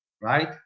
right